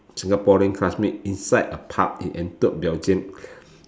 Singaporean classmate inside a pub in Antwerp Belgium